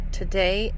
today